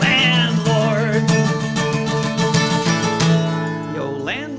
landlord land